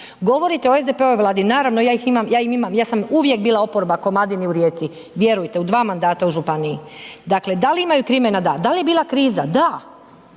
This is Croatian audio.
Govorite o SDP-ovoj vladi, naravno ja sam uvijek bila oporba Komadini u Rijeci, vjerujte u dva mandata u županiji. Dakle da li imaju krimena? Da. Da li je bila kriza? Da.